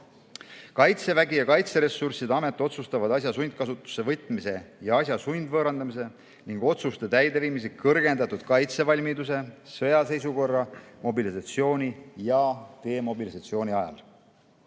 Kaitsevägi ja Kaitseressursside Amet otsustavad asja sundkasutusse võtmise ja asja sundvõõrandamise ning otsuste täideviimise kõrgendatud kaitsevalmiduse, sõjaseisukorra, mobilisatsiooni ja demobilisatsiooni